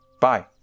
Bye